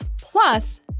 Plus